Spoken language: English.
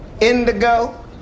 indigo